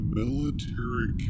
military